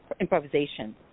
improvisation